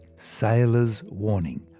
sailors' warning.